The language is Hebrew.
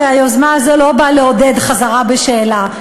הרי היוזמה הזאת לא באה לעודד חזרה בשאלה,